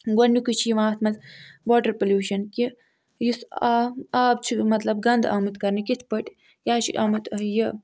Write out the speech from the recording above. گۄڈنِکُے چھُ یِوان اَتھ مَنٛز واٹَر پوٚلیٛوٗشَن کہِ یُس آب آب چھُ مَطلَب گَنٛدٕ آمُت کَرنہٕ کِتھٕ پٲٹھۍ یا چھُ آمُت یہِ